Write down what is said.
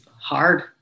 hard